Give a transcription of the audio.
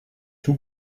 two